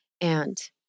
And-